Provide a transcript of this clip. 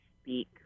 speak